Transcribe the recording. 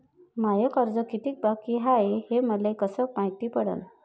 माय कर्ज कितीक बाकी हाय, हे मले कस मायती पडन?